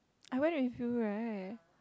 I went with you right